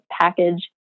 package